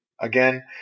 again